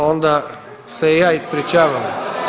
Onda se i ja ispričavam.